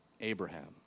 Abraham